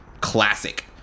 classic